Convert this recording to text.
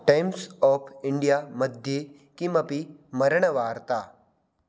times of इण्डियामध्ये किमपि मरणवार्ता